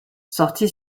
sorti